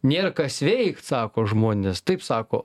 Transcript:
nėra kas veikt sako žmonės taip sako